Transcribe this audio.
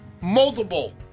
multiple